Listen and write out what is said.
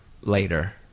later